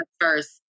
first